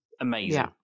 amazing